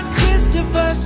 Christopher